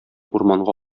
урманга